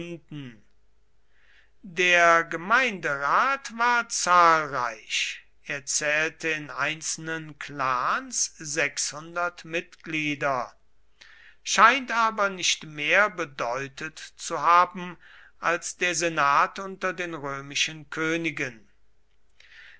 der gemeinderat war zahlreich er zählte in einzelnen clans sechshundert mitglieder scheint aber nicht mehr bedeutet zu haben als der senat unter den römischen königen